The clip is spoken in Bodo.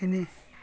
खिनि